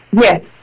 Yes